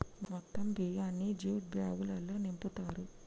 మొత్తం బియ్యాన్ని జ్యూట్ బ్యాగులల్లో నింపుతారు